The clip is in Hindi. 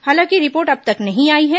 हालांकि रिपोर्ट अब तक नहीं आई है